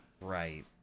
Right